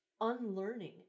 unlearning